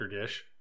dish